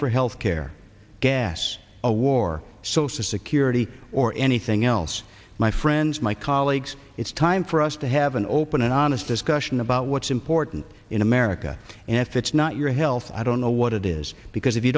for health care gas war social security or anything else my friends my colleagues it's time for us to have an open and honest discussion about what's important in america and if it's not your health i don't know what it is because if you